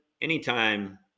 anytime